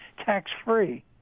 tax-free